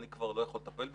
אני כבר לא יכול לטפל בזה,